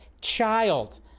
child